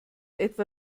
etwa